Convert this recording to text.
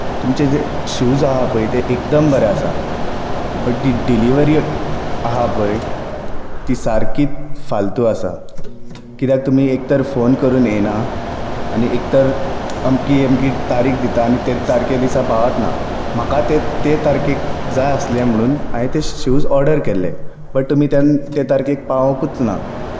तुमचे जे शूज आहा पळय ते एकदम बरे आसात बट ती डिलिवरी आहा पळय ती सारकी फालतू आसा कित्याक तुमी एकतर फोन करून येनात आनी एक तर अमकी अमकी तारीख दितात आनी ते तारखे दिसा पावत नात म्हाका ते ते तारखेक जाय आसले म्हणून आयें ते शूज ऑर्डन केल्ले पूण तुमी ते तारखेक पावकूच ना